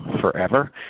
forever